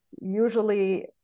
usually